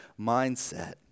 mindset